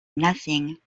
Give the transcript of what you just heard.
nothing